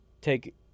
take